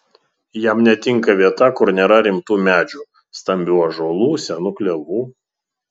jam netinka vieta kur nėra rimtų medžių stambių ąžuolų senų klevų